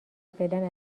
فعلا